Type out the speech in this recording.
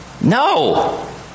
No